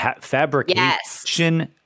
fabrication